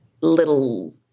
little